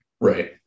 right